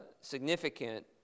significant